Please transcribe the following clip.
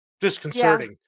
disconcerting